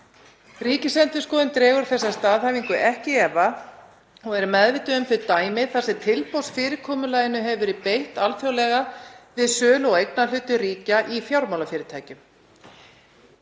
Ríkisendurskoðun dregur þessa staðhæfingu ekki í efa og er meðvituð um þau dæmi þar sem tilboðsfyrirkomulaginu hefur verið beitt alþjóðlega við sölu á eignarhlutum ríkja í fjármálafyrirtækjum.“